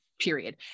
period